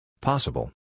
Possible